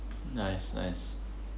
nice nice